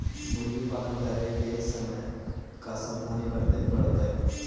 मुर्गी पालन करे के समय का सावधानी वर्तें पड़तई?